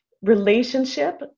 relationship